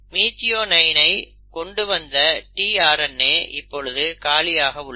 methionine ஐ கொண்டுவந்த tRNA இப்பொழுது காலியாக உள்ளது